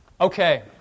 Okay